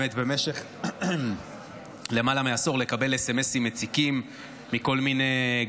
במשך למעלה מעשור התרגלנו כולנו לקבל סמ"סים מציקים מכל מיני,